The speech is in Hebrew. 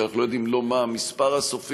כי אנחנו לא יודעים מה המספר הסופי.